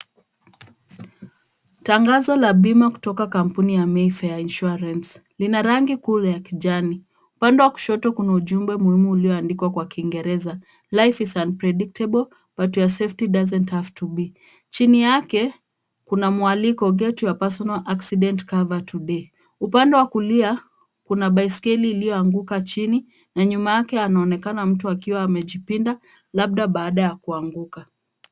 Tangazo la bima kutoka kampuni ya MAYFAIR INSURANCE, lina rangi kuu ya kijani. Upande wa kushoto kuna ujumbe muhimu ulioandikwa kwa kingereza life is unpredictable but your safety doesn't have to be . Chini yake kuna mwaliko get your personal accident cover today .Upande wa kulia kuna baiskeli iliyoanguka chini na nyuma yake anaonekana mtu akiwa amejipinda labda baada ya kuanguka.